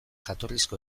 jatorrizko